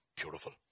beautiful